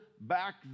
back